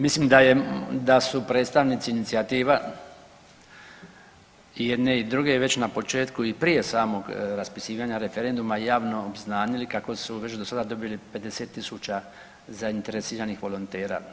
Mislim da je, da su predstavnici inicijativa, jedne i druge već na početku i prije samog raspisivanja referenduma javno obznanili kako su već do sada dobili 50.000 zainteresiranih volontera.